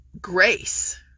grace